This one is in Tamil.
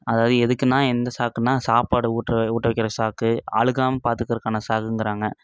அதாவது எதுக்குன்னா எந்த சாக்குன்னா சாப்பாடு ஊட்டுற ஊட்ட வைக்கின்ற சாக்கு அழுகாமல் பார்த்துக்கறக்கான சாக்குங்கிறாங்க